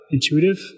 intuitive